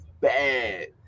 bad